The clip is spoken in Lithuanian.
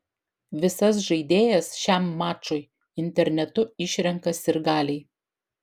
visas žaidėjas šiam mačui internetu išrenka sirgaliai